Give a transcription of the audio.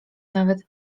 nawet